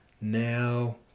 now